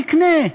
תקנה,